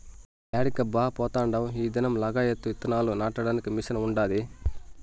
యాడికబ్బా పోతాండావ్ ఈ దినం లగాయత్తు ఇత్తనాలు నాటడానికి మిషన్ ఉండాది